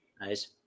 Nice